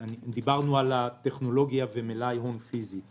דיברנו על הטכנולוגיה ועל מלאי הון פיזי.